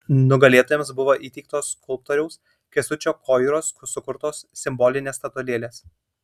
nugalėtojams buvo įteiktos skulptoriaus kęstučio koiros sukurtos simbolinės statulėlės